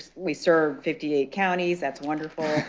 we served fifty eight counties. that's wonderful.